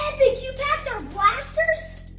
epic! you packed our blasters?